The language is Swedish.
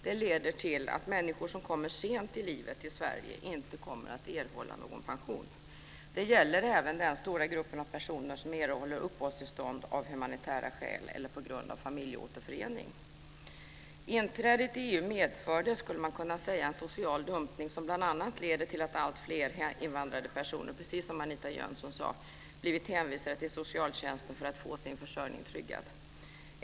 Det leder till att människor som kommer sent i livet till Sverige inte kommer att erhålla någon pension. Det gäller även den stora gruppen personer som erhåller uppehållstillstånd av humanitära skäl eller på grund av familjeåterförening. Inträdet i EU skulle man kunna säga medförde en social dumpning som bl.a. leder till att alltfler invandrade personer, precis som Anita Jönsson sade, blivit hänvisade till socialtjänsten för att få sin försörjning tryggad.